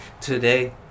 today